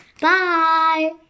Bye